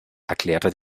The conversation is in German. erklärte